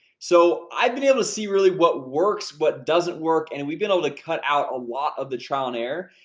so i've been able to see, really, what works, what doesn't work, and we've been able to cut out a lot of the trial and error,